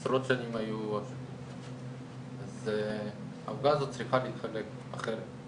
עשרות שנים היו אז העוגה הזאת צריכה להתחלק אחרת,